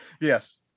Yes